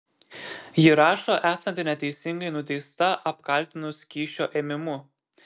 ji rašo esanti neteisingai nuteista apkaltinus kyšio ėmimu